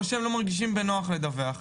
או לא מרגישים בנוח לדווח.